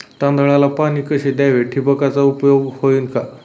तांदळाला पाणी कसे द्यावे? ठिबकचा उपयोग होईल का?